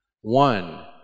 One